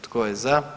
Tko je za?